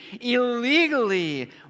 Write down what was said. illegally